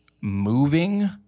moving